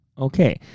Okay